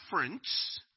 difference